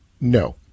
No